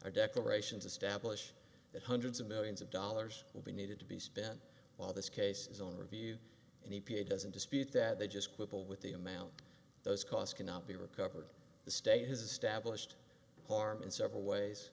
or declarations establish that hundreds of millions of dollars will be needed to be spent while this case is on review and he doesn't dispute that they just quibble with the amount those cost cannot be recovered the state has established harm in several ways